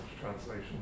translation